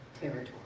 territory